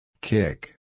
Kick